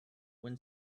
when